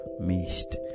missed